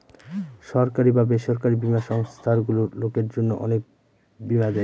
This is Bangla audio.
সরকারি বা বেসরকারি বীমা সংস্থারগুলো লোকের জন্য অনেক বীমা দেয়